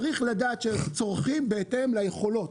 צריך לדעת שצורכים בהתאם ליכולות.